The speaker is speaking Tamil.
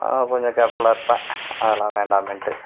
கொஞ்சம் கேர்ஃபுலாக இருப்பேன் அதெல்லாம் வேண்டாமேன்டு